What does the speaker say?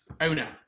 owner